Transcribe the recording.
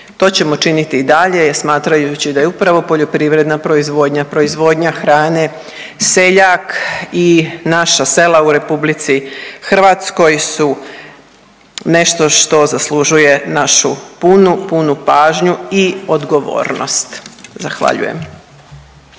To ćemo činiti i dalje jer smatrajući da je upravo poljoprivredna proizvodnja, proizvodnja hrane, seljak i naša sela u RH su nešto što zaslužuje našu punu punu pažnju i odgovornost. Zahvaljujem.